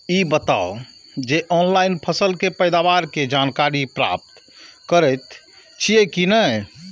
ई बताउ जे ऑनलाइन फसल के पैदावार के जानकारी प्राप्त करेत छिए की नेय?